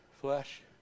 flesh